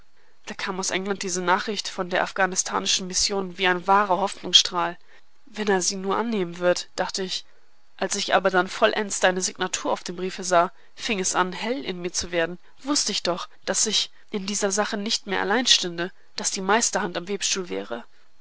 da kam aus england diese nachricht von der afghanistanischen mission wie ein wahrer hoffnungsstrahl wenn er sie nur annehmen wird dachte ich als ich aber dann vollends deine signatur auf dem briefe sah fing es an hell in mir zu werden wußte ich doch daß ich in dieser sache nicht mehr allein stünde daß die meisterhand am webstuhl wäre